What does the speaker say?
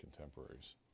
contemporaries